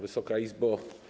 Wysoka Izbo!